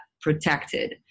protected